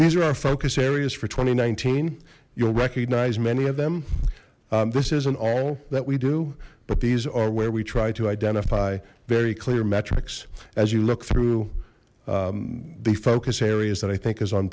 these are our focus areas for two thousand and nineteen you'll recognize many of them this isn't all that we do but these are where we try to identify very clear metrics as you look through the focus areas that i think is on